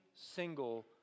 single